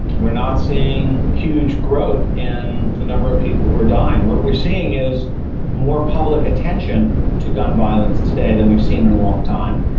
we're not seeing huge growth in the number of people who are dying. what we're seeing is more public attention to gun violence today than we've seen in a long time,